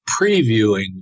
previewing